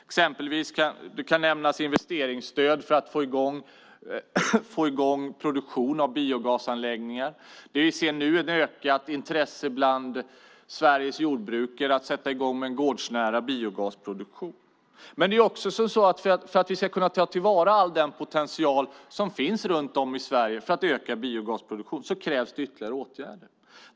Exempelvis kan nämnas investeringsstöd för att få i gång produktion av biogasanläggningar. Vi ser nu ett ökat intresse bland Sveriges jordbrukare att sätta i gång med en gårdsnära biogasproduktion. För att vi ska kunna ta till vara all potential som finns runt om i Sverige för att öka biogasproduktionen krävs det ytterligare åtgärder.